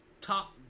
top